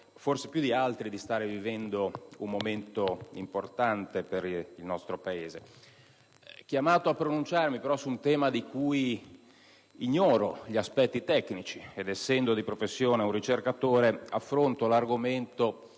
forse più di altri di vivere un momento importante per il nostro Paese. Sono chiamato a pronunciarmi, però, su un tema di cui ignoro gli aspetti tecnici ed, essendo di professione un ricercatore, affronto l'argomento